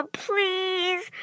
please